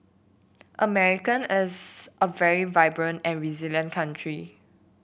America is a very vibrant and resilient country